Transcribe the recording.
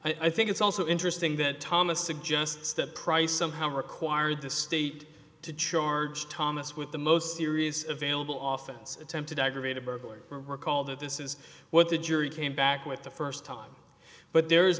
need i think it's also interesting that thomas suggests that price somehow required the state to charge thomas with the most serious available often attempted aggravated burglary recall that this is what the jury came back with the first time but there is